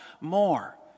more